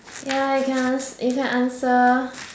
ya you can answer you can answer